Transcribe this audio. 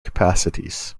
capacities